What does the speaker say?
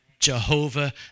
Jehovah